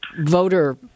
voter